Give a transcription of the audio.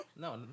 No